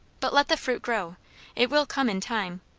but let the fruit grow it will come in time,